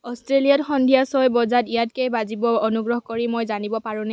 অষ্ট্ৰেলিয়াত সন্ধিয়া ছয় বজাত ইয়াত কেই বাজিব অনুগ্ৰহ কৰি মই জানিব পাৰোঁনে